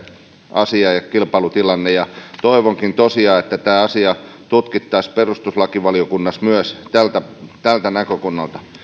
asia ja kilpailutilanne ei tule tasapuoliseksi toivonkin tosiaan että tämä asia tutkittaisiin perustuslakivaliokunnassa myös tältä tältä näkökannalta